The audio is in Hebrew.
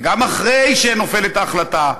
וגם אחרי שנופלת ההחלטה,